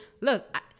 look